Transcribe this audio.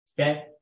Okay